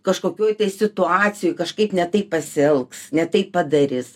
kažkokioj situacijoj kažkaip ne taip pasielgs ne taip padarys